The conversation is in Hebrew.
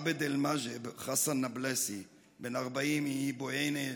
עבד אלמג'יב חסן נאבלסי בן 40 מבעויינה-נוג'ידאת